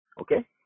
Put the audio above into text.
Okay